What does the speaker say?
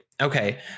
Okay